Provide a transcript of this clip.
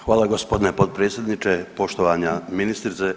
Hvala gospodine potpredsjedniče, poštovana ministrice.